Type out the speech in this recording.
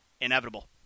inevitable